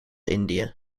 indië